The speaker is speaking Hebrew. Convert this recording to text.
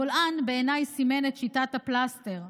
הבולען, בעיניי, סימן את שיטת הפלסטר.